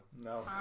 no